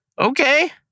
okay